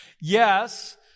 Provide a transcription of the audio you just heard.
Yes